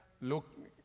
Look